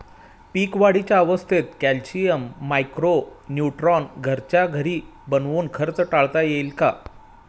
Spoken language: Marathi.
पीक वाढीच्या अवस्थेत कॅल्शियम, मायक्रो न्यूट्रॉन घरच्या घरी बनवून खर्च टाळता येईल का?